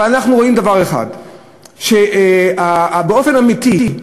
אבל אנחנו רואים דבר אחד: באופן אמיתי,